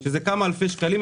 שהוא כמה אלפי שקלים,